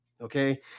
okay